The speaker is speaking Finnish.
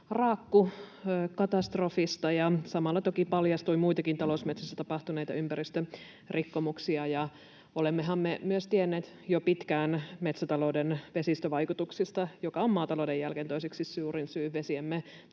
raakkukatastrofista. Samalla toki paljastui muitakin talousmetsissä tapahtuneita ympäristörikkomuksia, ja olemmehan me myös tienneet jo pitkään metsätalouden vesistövaikutuksista, joka on maatalouden jälkeen toiseksi suurin syy vesiemme